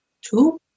two